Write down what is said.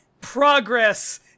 Progress